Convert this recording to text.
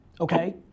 Okay